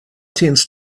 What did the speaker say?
tends